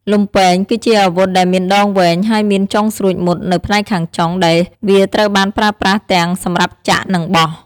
លំពែង គឺជាអាវុធដែលមានដងវែង ហើយមានចុងស្រួចមុតនៅផ្នែកខាងចុង ដែលវាត្រូវបានប្រើប្រាស់ទាំងសម្រាប់ចាក់ និងបោះ។